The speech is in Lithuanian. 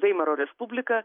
veimaro respublika